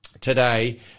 today